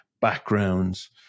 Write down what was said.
backgrounds